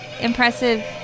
impressive